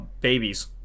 babies